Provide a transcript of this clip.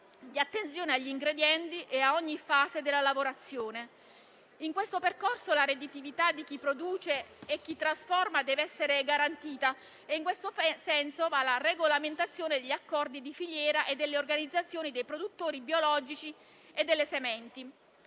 di attenzione agli ingredienti e a ogni fase della lavorazione. In questo percorso la redditività di chi produce e chi trasforma deve essere garantita. In questo senso va la regolamentazione degli accordi di filiera e delle organizzazioni dei produttori biologici e delle sementi.